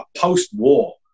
post-war